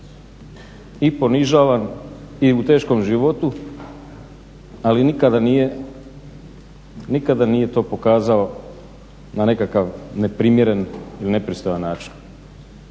i ponižavan i u teškom životu, ali nikada nije to pokazao na nekakav neprimjeren ili nepristojan način.